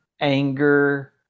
anger